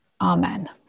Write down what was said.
Amen